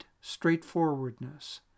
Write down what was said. Straightforwardness